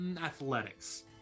athletics